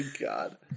God